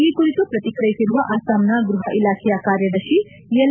ಈ ಕುರಿತು ಪ್ರತಿಕ್ರಿಯಿಸಿರುವ ಅಸ್ಸಾಂನ ಗ್ಬಹ ಇಲಾಖೆಯ ಕಾರ್ಯದರ್ಶಿ ಎಲ್